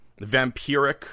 vampiric